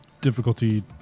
Difficulty